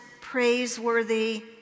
praiseworthy